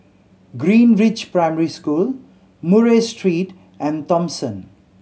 Greenridge Primary School Murray Street and Thomson